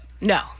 No